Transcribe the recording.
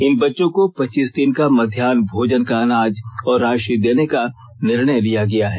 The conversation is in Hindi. इन बच्चों को पच्चीस दिन का मध्याह भोजन का अनाज और राषि देने का निर्णय लिया गया है